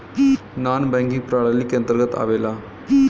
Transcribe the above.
नानॅ banking प्रणाली के अंतर्गत आवेला